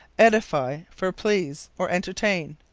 edify for please, or entertain.